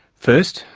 first,